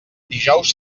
dijous